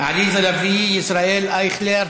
עליזה לביא, ישראל אייכלר,